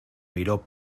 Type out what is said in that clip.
miró